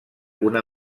una